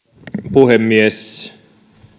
puhemies